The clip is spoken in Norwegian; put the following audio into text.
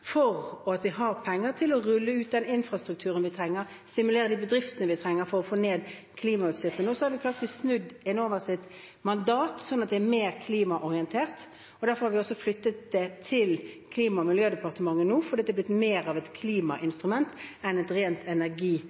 seg til å bevilge mer penger til klimafondet, for vi har penger til å rulle ut den infrastrukturen vi trenger, stimulere de bedriftene vi trenger, for å få ned klimautslippene. Så har vi klart å snu Enovas mandat, slik at de er mer klimaorientert. Derfor har vi flyttet det til Klima- og miljødepartementet fordi det er blitt mer et klimainstrument enn et rent